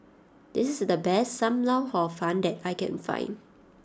this is the best Sam Lau Hor Fun that I can find